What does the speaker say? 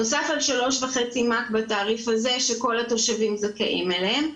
נוסף על 3.5 מ"ק בתעריף הזה שכל התושבים זכאים אליהם,